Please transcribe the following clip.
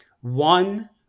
one